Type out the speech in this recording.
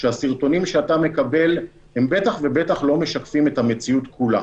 שהסרטונים שאתה מקבל הם בטח ובטח לא משקפים את המציאות כולה.